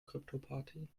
kryptoparty